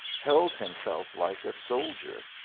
held himself like a soldier,